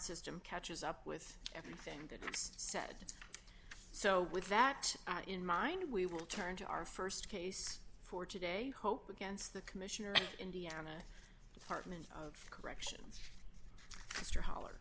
system catches up with everything that's said so with that in mind we will turn to our st case for today hope against the commissioner in indiana department of corrections mr holler